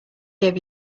gave